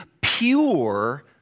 pure